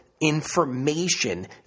information